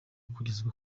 kugezwa